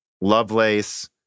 Lovelace